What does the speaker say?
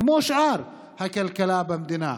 כמו את שאר הכלכלה במדינה.